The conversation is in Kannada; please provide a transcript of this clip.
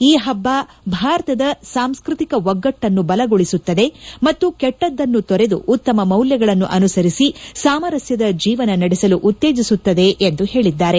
ಈ ಹಬ್ಬ ಭಾರತದ ಸಾಂಸ್ಟ್ರತಿಕ ಒಗ್ಗಟ್ಟನ್ನು ಬಲಗೊಳಿಸುತ್ತದೆ ಮತ್ತು ಕೆಟ್ಟದ್ದನ್ನು ತೊರೆದು ಉತ್ತಮ ಮೌಲ್ಯಗಳನ್ನು ಅನುಸರಿಸಿ ಸಾಮರಸ್ಕದ ಜೀವನ ನಡೆಸಲು ಉತ್ತೇಜಿಸುತ್ತದೆ ಎಂದು ಹೇಳಿದ್ದಾರೆ